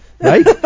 right